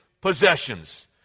possessions